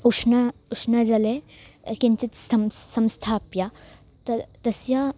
उष्णम् उष्णजले किञ्चित् सं संस्थाप्य त् तस्य